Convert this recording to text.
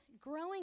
growing